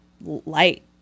light